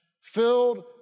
Filled